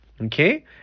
okay